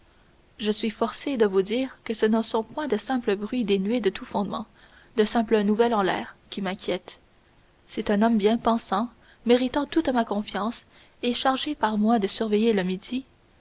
je suis forcé de vous dire que ce ne sont point de simples bruits dénués de tout fondement de simples nouvelles en l'air qui m'inquiètent c'est un homme bien pensant méritant toute ma confiance et chargé par moi de surveiller le midi